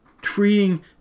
treating